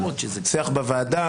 השיח בוועדה,